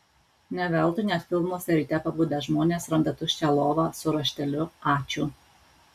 ne veltui net filmuose ryte pabudę žmonės randa tuščią lovą su rašteliu ačiū